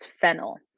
fennel